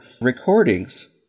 recordings